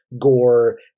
gore